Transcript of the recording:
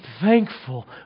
thankful